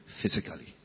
physically